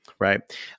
right